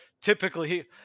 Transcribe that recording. typically